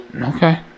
Okay